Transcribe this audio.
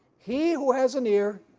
he who has an ear,